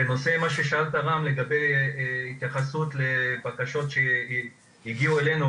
בנושא מה ששאלת רם לגבי התייחסות לבקשות שהגיעו אלינו,